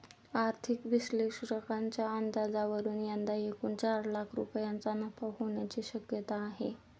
आर्थिक विश्लेषकांच्या अंदाजावरून यंदा एकूण चार लाख रुपयांचा नफा होण्याची शक्यता आहे